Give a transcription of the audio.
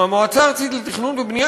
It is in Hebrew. מהמועצה הארצית לתכנון ובנייה,